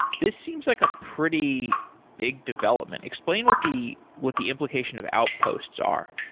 this seems like a pretty big development. explain what the what the implication of outposts are.